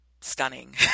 Stunning